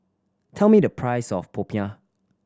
tell me the price of popiah